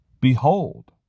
Behold